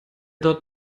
dort